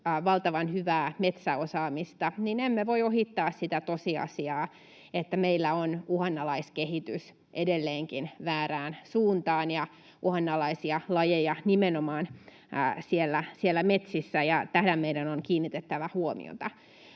valtavan hyvää metsäosaamista, niin emme voi ohittaa sitä tosiasiaa, että meillä on uhanalaiskehitys edelleenkin menossa väärään suuntaan ja uhanalaisia lajeja nimenomaan siellä metsissä, ja tähän meidän on kiinnitettävä huomiota.